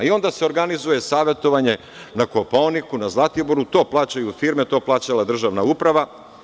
Onda se organizuje savetovanje na Kopaoniku, na Zlatiboru, to plaćaju firme, to je plaćala državna uprava.